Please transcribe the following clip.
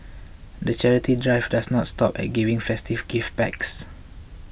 the charity drive doesn't stop at giving festive gift packs